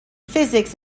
physics